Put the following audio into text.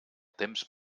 temps